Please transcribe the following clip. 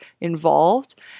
involved